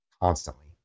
constantly